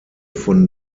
von